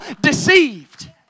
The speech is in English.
deceived